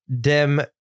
Dem